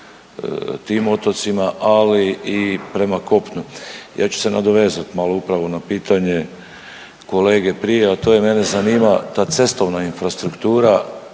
tim otocima, ali i prema kopnu. Ja ću se nadovezat malo upravo na pitanje kolege prije, a to je mene zanima ta cestovna infrastruktura